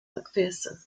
mcpherson